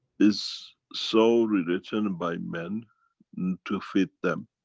is so rewritten and by men to fit them